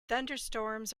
thunderstorms